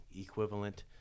equivalent